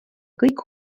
kõik